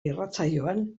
irratsaioan